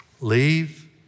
Leave